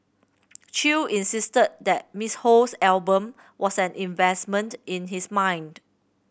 Chew insisted that Miss Ho's album was an investment in his mind